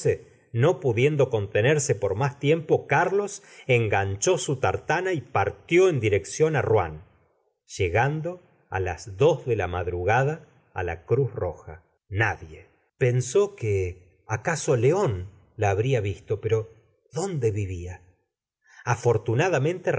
no pudiendo contenerse por más tiempo carlos enganchó su tartana y partió en dirección á rouen llegando á las dos de la madrugada á la cruz hoja nadie pensó que acaso león la habría visto pero dónde vivía